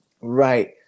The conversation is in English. Right